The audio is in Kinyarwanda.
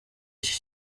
iki